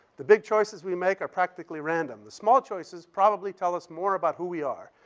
the big choices we make are practically random. the small choices probably tell us more about who we are.